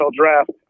draft